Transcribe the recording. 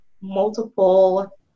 multiple